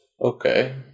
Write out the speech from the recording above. Okay